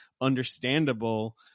understandable